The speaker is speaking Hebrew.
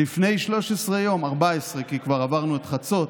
לפני 13 יום, 14, כי כבר עברנו את חצות,